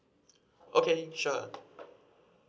okay sure